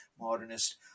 modernist